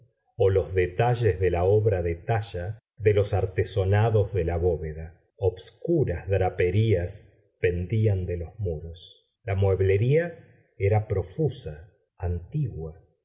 o los detalles de la obra de talla de los artesonados de la bóveda obscuras draperías pendían de los muros la mueblería era profusa antigua